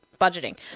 budgeting